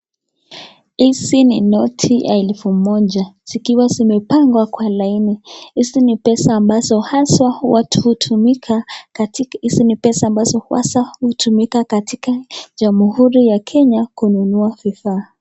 Hizi ni noti ya elfu moja, zikiwa zimepangwa kwa laini. Hizi ni pesa ambazo haswa watu hutumika, hizi ni pesa ambazo haswa hutumika katika Jamhuri ya Kenya kununua vifaa.